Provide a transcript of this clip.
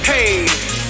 Hey